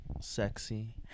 sexy